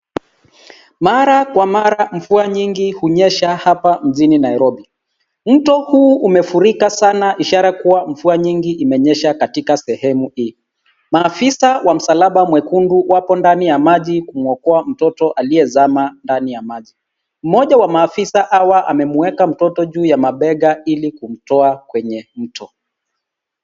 Mara kwa mara mvua nyingi hunyesha hapa mjini Nairobi. Mto huu umefurika sana ishara kuwa mvua nyingi imenyesha katika sehemu hii. Mafisa wa msalaba mwekundu wapo ndani ya maji kumuokoa mtoto aliyezama ndani ya maji. Moja wa maafisa hawa amemuweka mtoto juu ya mabega ili kumtoa kwenye mto.